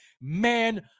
man